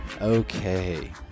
Okay